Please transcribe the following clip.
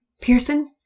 Pearson